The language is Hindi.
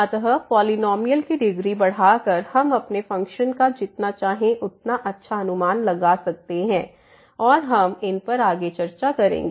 अत पॉलिनॉमियल की डिग्री बढ़ाकर हम अपने फ़ंक्शन का जितना चाहें उतना अच्छा अनुमान लगा सकते हैं और हम इन पर आगे चर्चा करेंगे